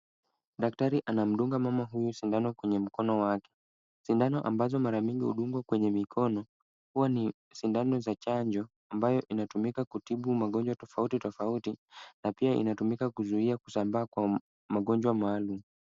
Daktari anamdunga mama huyu sindano kwenye mkono wake, sindano ambazo mara mingi hudungwa kwenye mkono, huwa ni sindano za chanjo ambayo inatumika kutibu ugonjwa tofauti tofauti na pia inatumika kuzuia kuzambaa kwa magonjwa maalum.